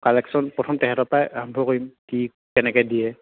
collection প্ৰথম তেহেঁতৰ পৰাই আৰম্ভ কৰিম কি কেনেকে দিয়ে